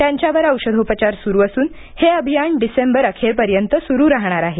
त्यांच्यावर औषधोपचार सुरू असून हे अभियान डिसेंबर अखेरपर्यंत सुरू राहणार आहे